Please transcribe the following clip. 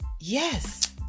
yes